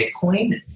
Bitcoin